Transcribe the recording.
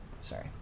Sorry